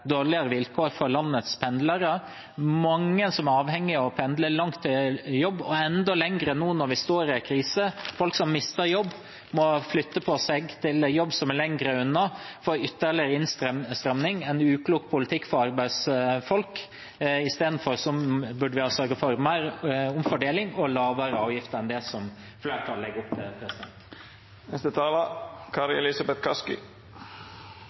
vilkår for landets pendlere. Mange er avhengige av å pendle langt til jobb og enda lengre nå når vi står i en krise. Folk som mister jobben, og som må flytte på seg til en jobb som er lenger unna, får en ytterligere innstramning – en uklok politikk for arbeidsfolk. I stedet burde vi ha sørget for mer omfordeling og lavere avgifter enn det som flertallet legger opp til.